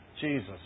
Jesus